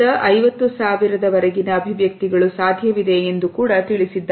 250000 ವರೆಗಿನ ಅಭಿವ್ಯಕ್ತಿಗಳು ಸಾಧ್ಯವಿದೆ ಎಂದು ತಿಳಿಸಿದ್ದಾರೆ